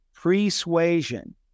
persuasion